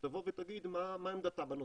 שתבוא ותגיד מה עמדתה בנושא.